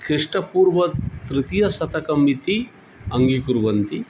क्लिष्टपूर्वं तृतीयशतकम् इति अङ्गीकुर्वन्ति